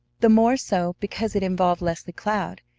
the more so because it involved leslie cloud,